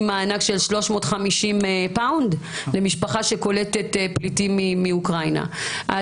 מענק של 350 פאונד למשפחה שקולטת פליטים מאוקראינה.